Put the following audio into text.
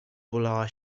polała